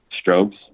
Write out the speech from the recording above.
strokes